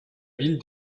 ville